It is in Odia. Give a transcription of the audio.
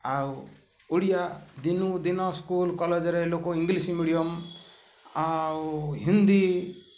ଆଉ ଓଡ଼ିଆ ଦିନକୁ ଦିନ ସ୍କୁଲ୍ କଲେଜ୍ରେ ଲୋକ ଇଂଗ୍ଲିଶ୍ ମିଡ଼ିଅମ୍ ଆଉ ହିନ୍ଦୀ